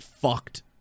fucked